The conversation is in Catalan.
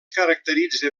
caracteritza